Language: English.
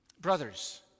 Brothers